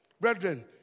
Brethren